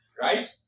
Right